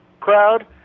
crowd